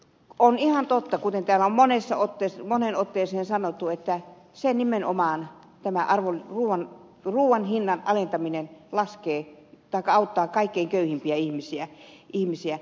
on ihan totta kuten täällä on moneen otteeseen sanottu että tämä ruuan hinnan alentaminen nimenomaan auttaa kaikkein köyhimpiä ihmisiä